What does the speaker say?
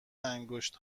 انگشت